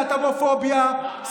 להט"בופוביה,